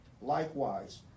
Likewise